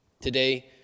today